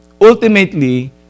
Ultimately